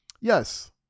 Yes